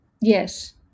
Yes